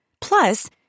Plus